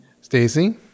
Stacey